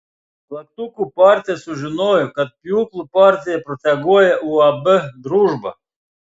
plaktukų partija sužinojo kad pjūklų partija proteguoja uab družba